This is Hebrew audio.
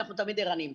אנחנו תמיד ערניים.